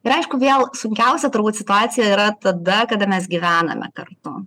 ir aišku vėl sunkiausia turbūt situacija yra tada kada mes gyvename kartu